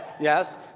Yes